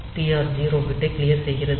TR 0 பிட்டை clear செய்கிறது